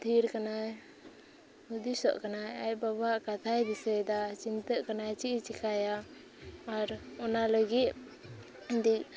ᱛᱷᱤᱨ ᱟᱠᱟᱱᱟᱭ ᱦᱩᱫᱤᱥᱚᱜ ᱠᱟᱱᱟᱭ ᱟᱡ ᱵᱟᱵᱟᱭᱟᱜ ᱠᱟᱛᱷᱟᱭ ᱫᱤᱥᱟᱹᱭᱮᱫᱟ ᱪᱤᱱᱛᱟᱹᱜ ᱠᱟᱱᱟᱭ ᱪᱮᱫᱼᱮ ᱪᱤᱠᱟᱭᱟ ᱟᱨ ᱚᱱᱟ ᱞᱟᱹᱜᱤᱫ